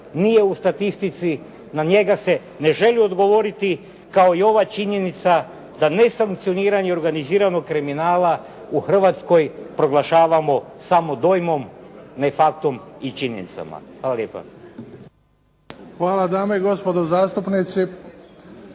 nije u statistici. Na njega se ne želi odgovoriti kao i ova činjenica da nesankcioniranje neorganiziranog kriminala u Hrvatskoj proglašavamo samo dojmom ne factom i činjenicama. Hvala lijepa. **Bebić, Luka (HDZ)** Hvala. Dame i gospodo zastupnici,